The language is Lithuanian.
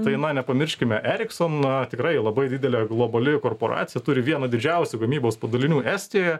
tai na nepamirškime erikson na tikrai labai didelė globali korporacija turi vieną didžiausių gamybos padalinių estijoje